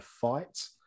fight